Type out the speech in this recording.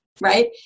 right